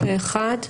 פה אחד.